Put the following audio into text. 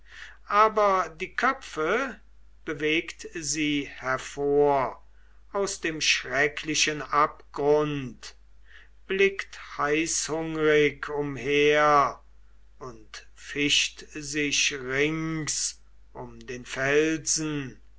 aber die köpfe bewegt sie hervor aus dem schrecklichen abgrund blickt heißhungrig umher und fischt sich rings um den felsen